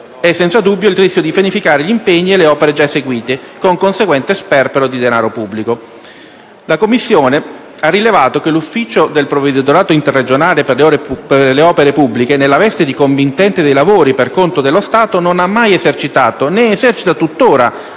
senza dubbio, il rischio di vanificare gli impegni e le opere già eseguiti, con conseguente sperpero di denaro pubblico. La Commissione ha rilevato che l'ufficio del Provveditorato interregionale per le opere pubbliche, nella veste di committente dei lavori per conto dello Stato, non ha mai esercitato, né esercita tuttora